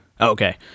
Okay